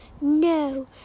No